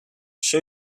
show